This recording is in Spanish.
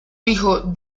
hijo